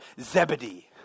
Zebedee